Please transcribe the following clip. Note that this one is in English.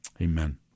amen